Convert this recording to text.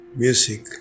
music